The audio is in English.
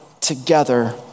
together